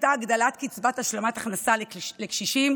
הייתה הגדלת קצבת השלמת הכנסה לקשישים,